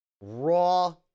raw